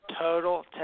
total